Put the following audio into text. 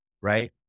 right